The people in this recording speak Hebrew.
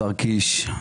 השר קיש,